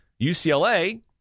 UCLA